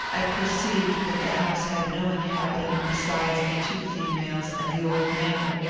i perceived that the house had no inhabitant besides the two females and the old man.